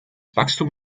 wachstum